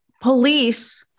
police